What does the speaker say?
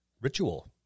Ritual